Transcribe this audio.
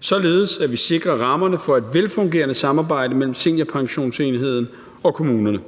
således at vi sikrer rammerne for et velfungerende samarbejde mellem Seniorpensionsenheden og kommunerne.